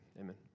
Amen